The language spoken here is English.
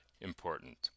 important